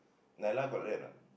Nailah got like that or not